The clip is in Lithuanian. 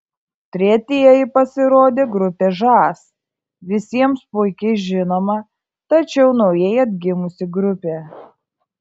tretieji pasirodė grupė žas visiems puikiai žinoma tačiau naujai atgimusi grupė